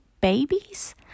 babies